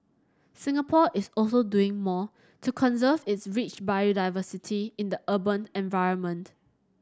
Singapore is also doing more to conserve its rich biodiversity in the urban environment